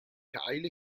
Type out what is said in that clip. kyle